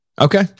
Okay